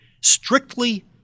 strictly